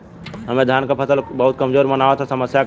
हमरे धान क फसल बहुत कमजोर मनावत ह समस्या का ह?